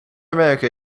america